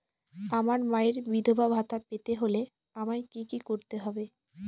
আমার মায়ের বিধবা ভাতা পেতে হলে আমায় কি কি করতে হবে?